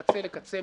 מקצה לקצה,